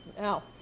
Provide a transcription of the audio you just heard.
Now